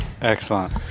Excellent